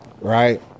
Right